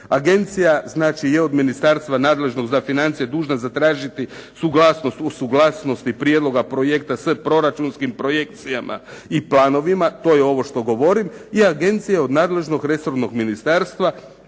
Agencija znači je od Ministarstva nadležnog za financije dužna zatražiti suglasnost uz suglasnost prijedloga projekta sa proračunskim projekcijama i planovima, to je ovo što govorim i agencija od nadležnog resornog ministarstva